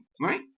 right